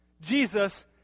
Jesus